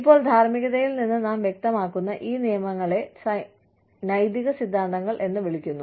ഇപ്പോൾ ധാർമ്മികതയിൽ നിന്ന് നാം വ്യക്തമാക്കുന്ന ഈ നിയമങ്ങളെ നൈതിക സിദ്ധാന്തങ്ങൾ എന്ന് വിളിക്കുന്നു